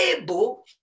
able